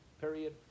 Period